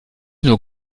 nur